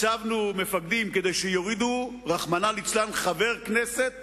הצבנו מפקדים כדי שיורידו, רחמנא ליצלן, חבר כנסת